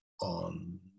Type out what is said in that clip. on